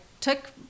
took